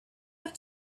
have